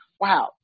wow